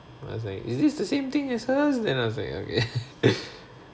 I was like is this the same thing as her's then I was like okay